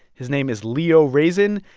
his name is leo reyzin,